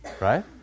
Right